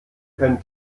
könnt